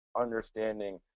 understanding